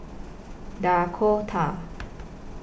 Dakota